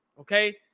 okay